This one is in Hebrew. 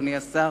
אדוני השר,